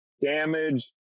damage